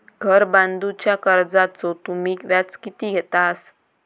घर बांधूच्या कर्जाचो तुम्ही व्याज किती घेतास?